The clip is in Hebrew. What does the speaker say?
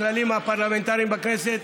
הכללים הפרלמנטריים בכנסת,